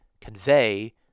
convey